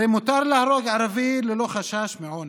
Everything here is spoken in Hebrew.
הרי מותר להרוג ערבי ללא חשש מעונש.